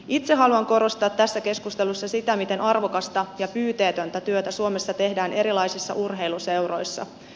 itse haluan korostaa tässä keskustelussa sitä miten arvokasta ja pyyteetöntä työtä suomessa tehdään erilaisissa urheiluseuroissa